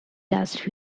last